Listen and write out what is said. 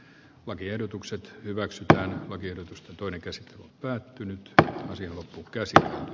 lakiehdotukset hyväksytään lakiehdotusta toinen kesä päättynyt pääosin on käsillä